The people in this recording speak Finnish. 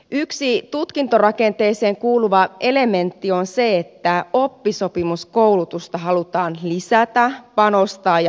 yksi tutkintorakenteeseen kuuluva elementti on se että oppisopimuskoulutusta halutaan lisätä panostaa ja helpottaa